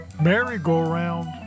merry-go-round